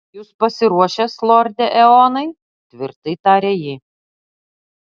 jūs pasiruošęs lorde eonai tvirtai tarė ji